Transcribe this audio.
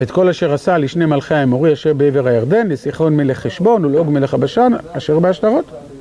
את כל אשר עשה לשני מלכי האמורי אשר בעבר הירדן, לסיחון מלך חשבון ולעוג מלך הבשן, אשר בעשתרות.